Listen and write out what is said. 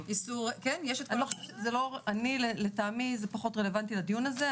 יש את כל --- לטעמי זה פחות רלוונטי לדיון הזה.